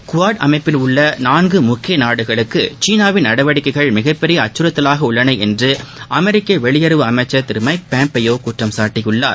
quad அமைப்பில் உள்ள நான்கு முக்கிய நாடுகளுக்கு சீனாவின் நடவடிக்கைகள் மிகப்பெரிய அச்சுறுத்தவாக உள்ளது என்று அமெரிக்க வெளியுறவு அமைச்சர் திரு மைக் பாம்பியோ குற்றம் சாட்டியுள்ளார்